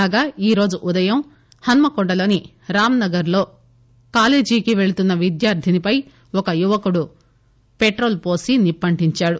కాగా ఈ రోజు ఉదయం హన్మ కొండలోని రాంనగర్ లో కాలేజీ పెళ్తున్న విద్యార్థినిపై ఓ యువకుడు పెట్రోల్ పోసి నిప్పంటించాడు